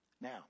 Now